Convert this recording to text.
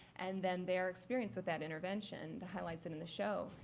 and then their experience with that intervention, the highlights in in the show.